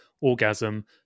orgasm